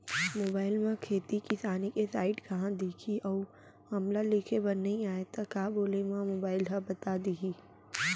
Mobile म खेती किसानी के साइट कहाँ दिखही अऊ हमला लिखेबर नई आय त का बोले म मोबाइल ह बता दिही?